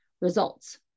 results